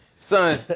Son